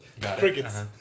crickets